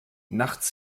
nachts